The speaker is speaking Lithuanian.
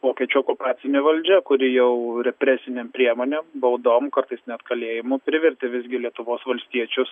vokiečių okupacinė valdžia kuri jau represinėm priemonėm baudom kartais net kalėjimu privertė visgi lietuvos valstiečius